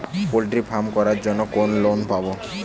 Poultry farm করার জন্য কোন লোন পাব?